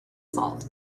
salt